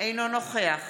אינו נוכח